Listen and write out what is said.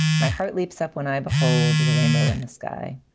my heart leaps up when i behold the rainbow in the sky.